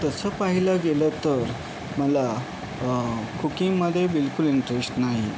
तसं पाहायला गेलं तर मला कुकिंगमध्ये बिलकुल इंट्रेस्ट नाही